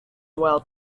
well